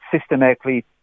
systematically